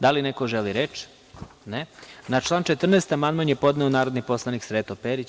Da li neko želi reč? (Ne) Na član 14. amandman je podneo narodni poslanik Sreto Perić.